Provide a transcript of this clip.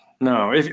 no